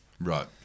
right